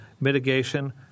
mitigation